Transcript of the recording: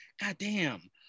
goddamn